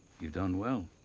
you've done well.